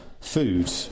food